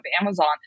Amazon